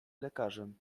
lekarzem